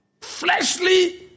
fleshly